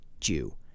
Jew